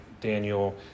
Daniel